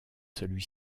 celui